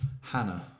Hannah